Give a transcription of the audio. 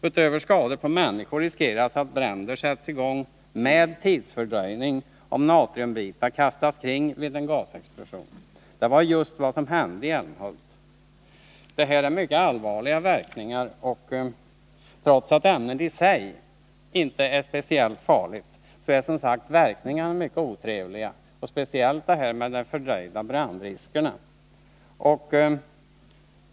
Utöver risken för skador på människor finns risk för att bränder sätts i gång. Det kan ske med tidsfördröjning. om natriumbitar kastas kring vid en gasexplosion. Det var just vad som hände i Älmhult. Det här är mycket allvarliga verkningar. Trots att ämnet i sig inte är speciellt farligt är verkningarna mycket otrevliga. kilt risken för fördröjda bränder.